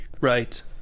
right